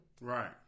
right